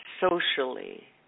socially